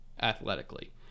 athletically